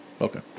Okay